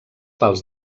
pals